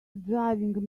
driving